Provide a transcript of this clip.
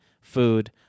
food